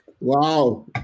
wow